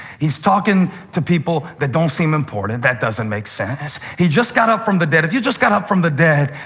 he's talking to people who don't seem important. that doesn't make sense. he just got up from the dead. if you just got up from the dead,